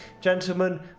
gentlemen